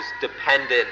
dependent